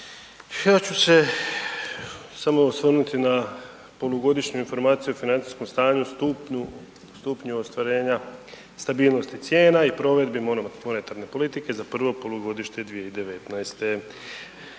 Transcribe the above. Ja ću se samo osvrnuti na polugodišnju informaciju o financijskom stanju, stupnju ostvarenja stabilnosti cijena i provedbi monetarne politike za prvo polugodište 2019. Dakle